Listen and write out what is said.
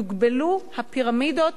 יוגבלו הפירמידות,